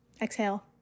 Exhale